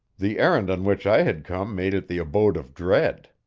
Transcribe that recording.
the errand on which i had come made it the abode of dread.